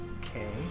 Okay